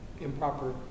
improper